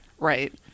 Right